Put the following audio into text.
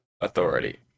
authority